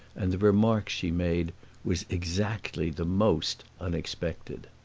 and the remark she made was exactly the most unexpected.